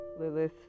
lilith